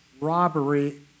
robbery